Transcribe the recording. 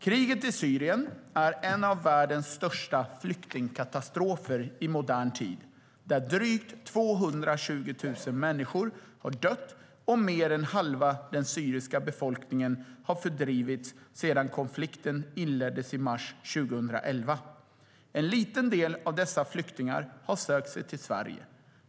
Kriget i Syrien är en av världens största flyktingkatastrofer i modern tid, där drygt 220 000 människor har dött och mer än halva den syriska befolkningen har fördrivits sedan konflikten inleddes i mars 2011. En liten del av dessa flyktingar har sökt sig till Sverige.